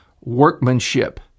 workmanship